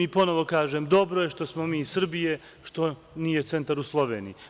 I, ponovo kažem, dobro je što smo mi iz Srbije, što nije centar u Sloveniji.